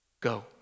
Go